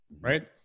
Right